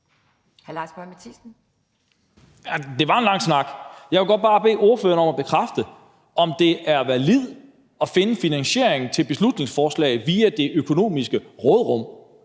Det var en lang snak. Jeg vil godt bare bede ordføreren om at bekræfte, om det er validt at finde finansieringen til et beslutningsforslag via det økonomiske råderum,